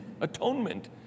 atonement